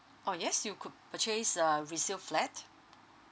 oh yes you could purchase a resale flat